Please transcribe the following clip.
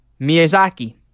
Miyazaki